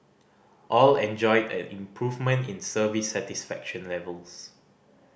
all enjoyed an improvement in service satisfaction levels